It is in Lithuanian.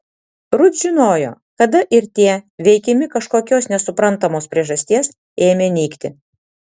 rut žinojo kada ir tie veikiami kažkokios nesuprantamos priežasties ėmė nykti